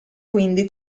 quindi